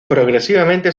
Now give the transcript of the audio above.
progresivamente